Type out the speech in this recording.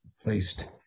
placed